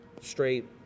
straight